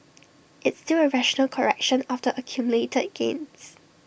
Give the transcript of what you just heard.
it's still A rational correction after accumulated gains